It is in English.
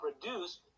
produce